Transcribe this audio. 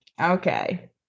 Okay